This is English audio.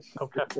Okay